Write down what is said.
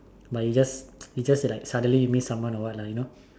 but you just you just like suddenly miss someone or what lah you know